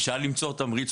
אפשר ליצור תמריץ,